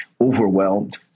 overwhelmed